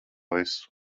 visu